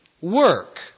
work